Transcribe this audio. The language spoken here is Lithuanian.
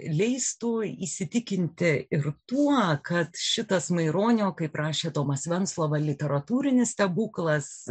leistų įsitikinti ir tuo kad šitas maironio kaip rašė tomas venclova literatūrinis stebuklas